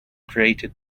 created